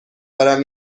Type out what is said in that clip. دارم